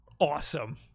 awesome